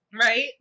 Right